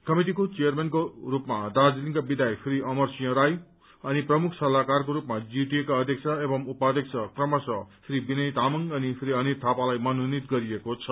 कमिटिको चेयरमेनको रूपमा दार्जीलिङका वियायक अमरसिंह राई अनि प्रमुख सल्लाहकारको रूपमा जीटीएका अध्यक्ष एवं उपाध्यक्ष क्रमशः श्री विनय तामाङ अनि श्री अनित थापालाई मनोनित गरिएको छ